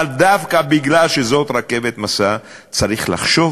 אבל דווקא משום שזאת רכבת משא, צריך לחשוב